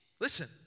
Listen